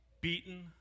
Beaten